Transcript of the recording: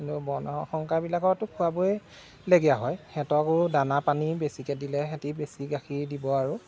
এনেও বৰ্ণ সংকাৰ বিলাকৰটো খুৱাবই লগীয়া হয় সেহেঁতকো দানা পানী বেছিকে দিলে সেহেঁতি গাখীৰ বেছিকে দিব আৰু